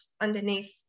underneath